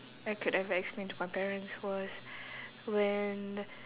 I could ever explain to my parents was when